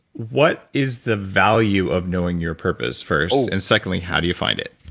what is the value of knowing your purpose first? and secondly, how do you find it?